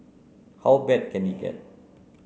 how bad can it get